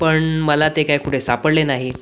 पण मला ते काय कुठे सापडले नाही